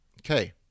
Okay